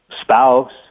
spouse